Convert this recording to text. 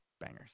Bangers